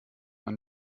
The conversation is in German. man